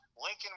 Lincoln